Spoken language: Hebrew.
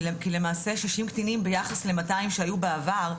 כי למעשה שישים קטינים ביחס למאתיים שהיו בעבר,